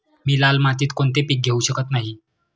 मी लाल मातीत कोणते पीक घेवू शकत नाही?